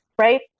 Right